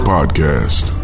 Podcast